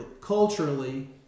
culturally